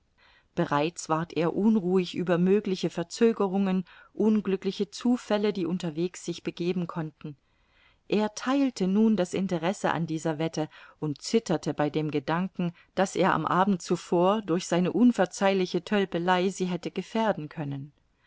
bereits ward er unruhig über mögliche verzögerungen unglückliche zufälle die unterwegs sich begeben konnten er theilte nun das interesse an dieser wette und zitterte bei dem gedanken daß er am abend zuvor durch seine unverzeihliche tölpelei sie hätte gefährden können